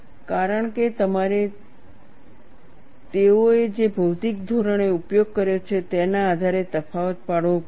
કારણ કે તમારે તેઓએ જે ભૌતિક ધોરણે ઉપયોગ કર્યો છે તેના આધારે તફાવત પાડવો પડશે